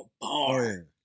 bar